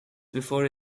before